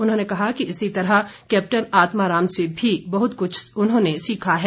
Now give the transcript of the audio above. उन्होंने कहा कि इसी तरह कैप्टन आत्मा राम से भी बहुत कुछ उन्होंने सीखा है